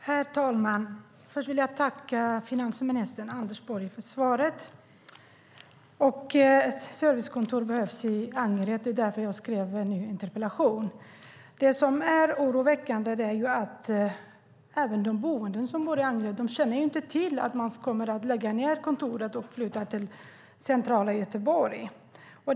Herr talman! Först vill jag tacka finansminister Anders Borg för svaret. Ett servicekontor behövs i Angered. Det är därför jag skrev en ny interpellation. Det är oroväckande att inte ens de som bor i Angered känner till att man kommer att lägga ned kontoret och flytta till centrala Göteborg.